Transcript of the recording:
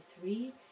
three